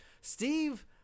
Steve